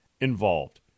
involved